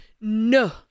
No